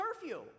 curfew